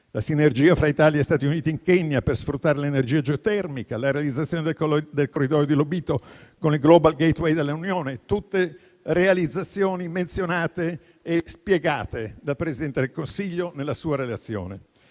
la sinergia fra Italia e Stati Uniti in Kenya per sfruttare l'energia geotermica; la realizzazione del Corridoio di Lobito con il Global Gateway dell'Unione. Sono tutte realizzazioni menzionate e spiegate da Presidente del Consiglio nella sua relazione.